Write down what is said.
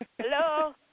Hello